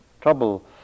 trouble